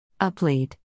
UpLead